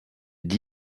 être